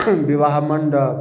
विवाह मण्डप